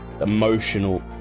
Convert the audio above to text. emotional